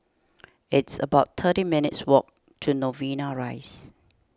it's about thirty minutes' walk to Novena Rise